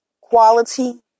quality